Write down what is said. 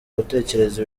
gutekereza